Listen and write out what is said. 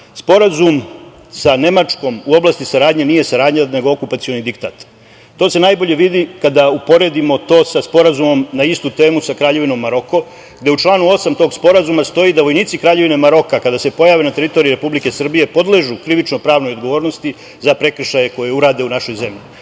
saradnja. Sporazum sa Nemačkom u oblasti saradnje nije saradnja nego okupacioni diktat. To se najbolje vidi kada uporedimo to sa sporazumom na istu temu sa Kraljevinom Maroko, gde u članu 8. tog Sporazuma stoji da vojnici Kraljevine Maroka, kada se pojave na teritoriji Republike Srbije, podležu krivično-pravnoj odgovornosti za prekršaje koje urade u našoj